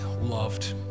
loved